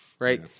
right